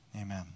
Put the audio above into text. amen